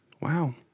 Wow